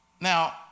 Now